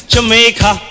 Jamaica